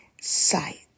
sight